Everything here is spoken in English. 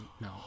No